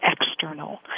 external